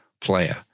player